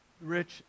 rich